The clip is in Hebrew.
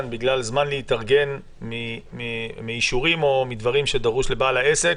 בגלל זמן להתארגן לאישורים או לדברים שדרושים לבעל העסק,